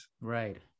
right